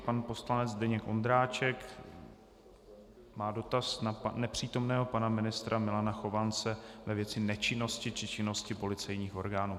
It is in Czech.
Pan poslanec Zdeněk Ondráček má dotaz na nepřítomného pana ministra Milana Chovance ve věci nečinnosti či činnosti policejních orgánů.